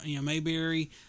Mayberry